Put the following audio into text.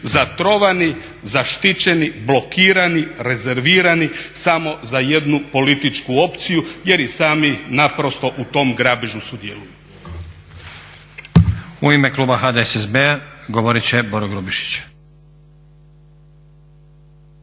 zatrovani, zaštićeni, blokirani, rezervirani samo za jednu političku opciju jer i sami naprosto u tom grabežu sudjeluju. **Stazić, Nenad (SDP)** U ime kluba HDSSB-a govorit će Boro Grubišić.